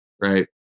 right